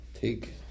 take